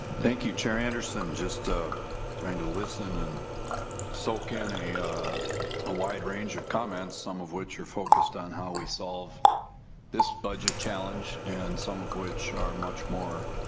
thank you chair anderson, just ah trying to listen and soak in a ah wide range of comments, some of which you're focused on how we solve this budget challenge, and some of which are much more